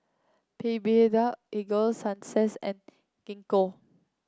Blephagel Ego Sunsense and Gingko